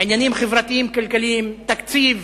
עניינים חברתיים-כלכליים, תקציב